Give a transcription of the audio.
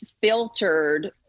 filtered